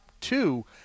two